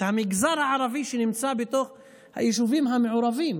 את המגזר הערבי שנמצא בתוך היישובים המעורבים.